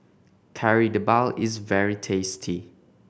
Kari Debal is very tasty